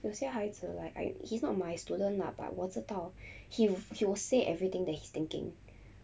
有些孩子 like I he's not my student lah but 我知道 he he will say everything that he's thinking